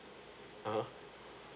ah ha